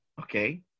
Okay